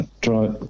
try